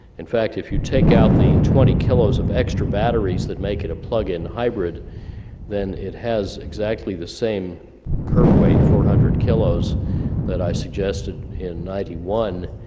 in fact, if you take out the twenty kilos of extra batteries that make it a plug-in hybrid then it has exactly the same curb weight four hundred kilos that i suggested in ninety one,